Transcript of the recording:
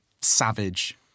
savage